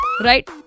Right